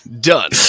done